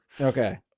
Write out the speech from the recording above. Okay